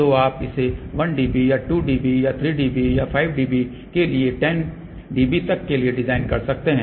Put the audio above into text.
तो आप इसे 1 dB या 2 dB या 3 dB या 5 dB के लिए 10 dB तक के लिए डिज़ाइन कर सकते हैं